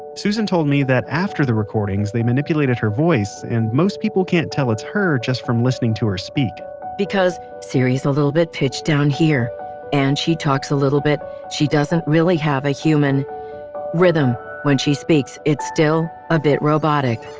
susan told me that after the recordings they manipulated her voice and most people can't tell it's her just from listening to her speak because siri is a little pitched down here and she talks a little bit. she doesn't really have a human rhythm when she speaks. it's still a bit robotic